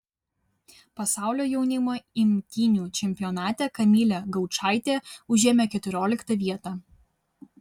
pasaulio jaunimo imtynių čempionate kamilė gaučaitė užėmė keturioliktą vietą